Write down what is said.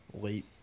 late